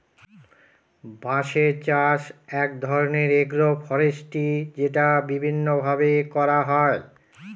বাঁশের চাষ এক ধরনের এগ্রো ফরেষ্ট্রী যেটা বিভিন্ন ভাবে করা হয়